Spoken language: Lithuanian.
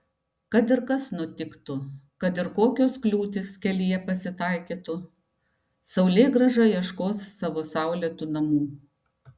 kad ir kas nutiktų kad ir kokios kliūtys kelyje pasitaikytų saulėgrąža ieškos savo saulėtų namų